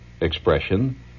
expression